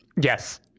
Yes